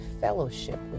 fellowship